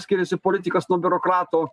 skiriasi politikas nuo biurokrato